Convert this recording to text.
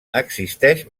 existeix